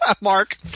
Mark